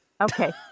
Okay